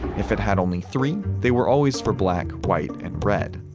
if it had only three, they were always for black, white, and red.